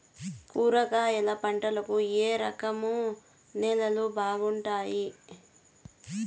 కూరగాయల పంటలకు ఏ రకం నేలలు బాగుంటాయి?